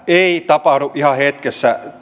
ei tapahdu ihan hetkessä